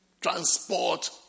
transport